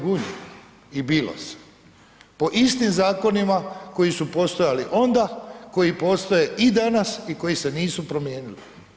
Gunji i bilo se, po istim zakonima koji su postojali onda, koji postoje i danas i koji se nisu promijenili.